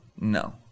no